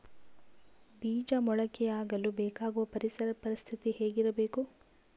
ಬೇಜ ಮೊಳಕೆಯಾಗಲು ಬೇಕಾಗುವ ಪರಿಸರ ಪರಿಸ್ಥಿತಿ ಹೇಗಿರಬೇಕು?